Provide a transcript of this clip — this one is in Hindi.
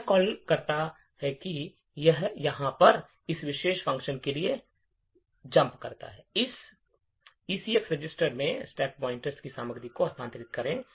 यह कॉल क्या करता है कि यह यहाँ पर इस विशेष फ़ंक्शन के लिए कूदता है इस ईसीएक्स रजिस्टर में स्टैक पॉइंटर की सामग्री को स्थानांतरित करें